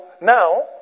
now